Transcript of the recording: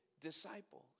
disciples